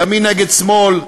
ימין נגד שמאל,